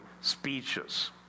speeches